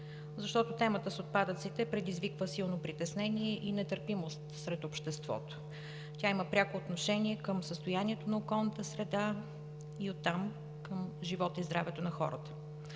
Защото темата с отпадъците предизвиква силно притеснение и нетърпимост сред обществото. Тя има пряко отношение към състоянието на околната среда и оттам – към живота и здравето на хората.